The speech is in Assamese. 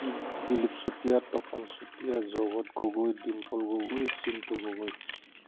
দিলীপ চুতীয়া তপন চুতীয়া জগত গগৈ ডিম্পল গগৈ চিন্তু গগৈ